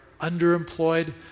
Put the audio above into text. underemployed